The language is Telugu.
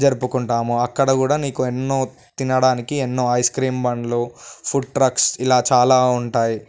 జరుపుకుంటాము అక్కడ కూడా నీకు ఎన్నో తినడానికి ఎన్నో ఐస్ క్రీమ్ బండ్లు ఫుడ్ ట్రక్స్ ఇలా చాలా ఉంటాయి